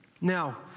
Now